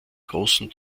großen